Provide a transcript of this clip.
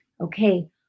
okay